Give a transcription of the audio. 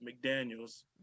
McDaniels